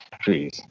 trees